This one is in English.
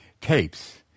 tapes